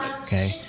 okay